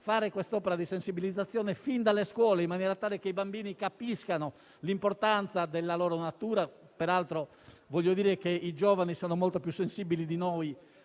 - un'opera di sensibilizzazione fin dalle scuole, in maniera tale che i bambini capiscano l'importanza della natura. Peraltro, voglio dire che i giovani sono molto più sensibili di noi